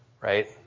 right